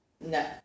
No